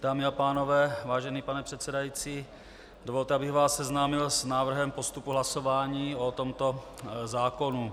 Dámy a pánové, vážený pane předsedající, dovolte, abych vás seznámil s návrhem postupu hlasování o tomto zákonu.